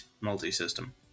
multi-system